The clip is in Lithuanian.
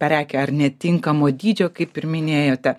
prekę ar netinkamo dydžio kaip ir minėjote